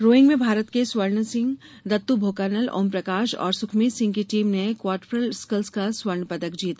rowing में भारत के स्वर्ण सिंह दत्तू भोकानल ओम प्रकाश और सुखमीत सिंह की टीम ने क्वाड्रपल स्कल्स का स्वर्ण पदक जीता